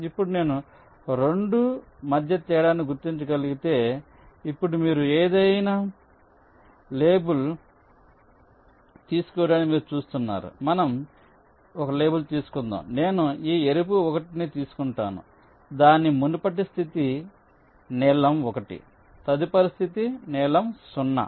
ఇప్పుడు నేను 2 మధ్య తేడాను గుర్తించగలిగితే ఇప్పుడు మీరు ఏదైనా లేబుల్ తీసుకోవడాన్ని మీరు చూస్తున్నారు మనం తీసుకుందాం నేను ఈ ఎరుపు 1 ని తీసుకుంటాను దాని మునుపటి స్థితి నీలం 1 తదుపరి స్థితి నీలం 0